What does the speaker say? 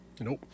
Nope